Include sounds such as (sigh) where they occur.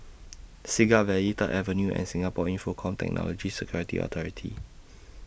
Siglap Valley Third Avenue and Singapore Infocomm Technology Security Authority (noise)